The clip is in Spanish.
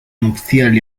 nupcial